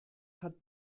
hat